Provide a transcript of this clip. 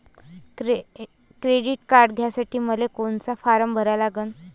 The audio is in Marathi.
क्रेडिट कार्ड घ्यासाठी मले कोनचा फारम भरा लागन?